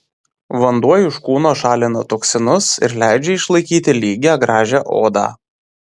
vanduo iš kūno šalina toksinus ir leidžia išlaikyti lygią gražią odą